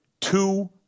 two